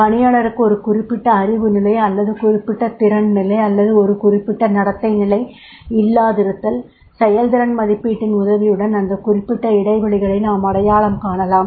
பணியாளருக்கு ஒரு குறிப்பிட்ட அறிவு நிலை அல்லது குறிப்பிட்ட திறன் நிலை அல்லது ஒரு குறிப்பிட்ட நடத்தை நிலை இல்லாதிருந்தால் செயல்திறன் மதிப்பீட்டின் உதவியுடன் அந்த குறிப்பிட்ட இடைவெளிகளை நாம் அடையாளம் காணலாம்